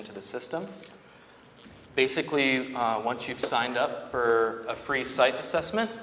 into the system basically once you've signed up for a free site assessment